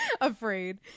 afraid